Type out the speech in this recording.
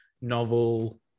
novel